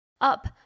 up